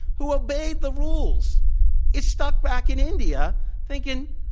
who obeyed the rules is stuck back in india, thinking,